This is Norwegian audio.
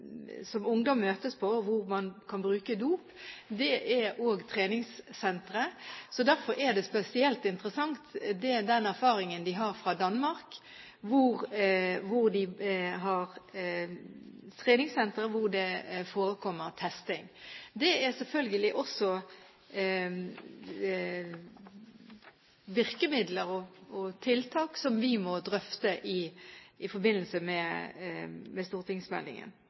ungdom møtes på, hvor man kan bruke dop, er treningssentre. Derfor er det spesielt interessant den erfaringen de har fra Danmark, hvor de har treningssentre hvor det forekommer testing. Det er selvfølgelig også virkemidler og tiltak som vi må drøfte i forbindelse med stortingsmeldingen. Vi skal jobbe videre med dette, både i stortingsmeldingen